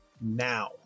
now